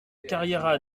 carriera